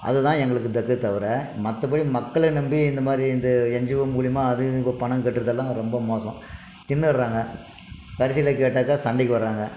அது தான் எங்களுக்கு திக்கு தவிர மற்றபடி மக்களை நம்பி இந்தமாதிரி இந்த என்ஜிஓ மூலயமா அது இது பணம் கட்டறுதெல்லான் ரொம்ப மோசம் தின்னுடறாங்க கடைசியில் கேட்டாக்கால் சண்டைக்கு வராங்க